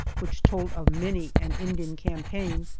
which told of many an indian campaign,